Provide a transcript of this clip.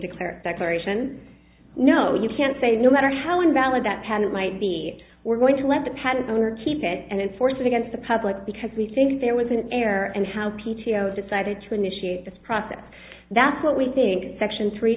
declare that variation no you can't say no matter how invalid that hand it might be we're going to let the patent owner keep it and its force against the public because we think there was an error and how p t o decided to initiate this process that's what we think section three